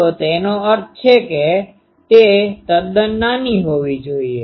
તો તેનો અર્થ છે કે તે તદ્દન નાની હોવી જોઈએ